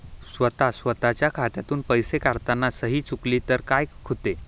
स्वतः स्वतःच्या खात्यातून पैसे काढताना सही चुकली तर काय होते?